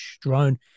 drone